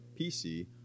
PC